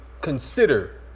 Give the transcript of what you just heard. consider